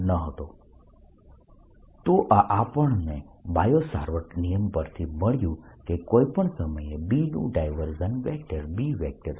B0 તો આપણને Biot Savart નિયમ પરથી મળ્યું કે કોઈ પણ સમયે B નું ડાયવર્જન્સ